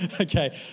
Okay